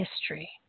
history